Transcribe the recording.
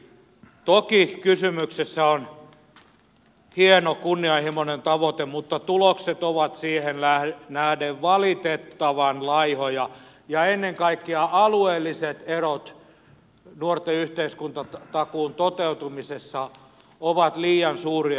toki kysymyksessä on hieno kunnianhimoinen tavoite mutta tulokset ovat siihen nähden valitettavan laihoja ja ennen kaikkea alueelliset erot nuorten yhteiskuntatakuun toteutumisessa ovat liian suuria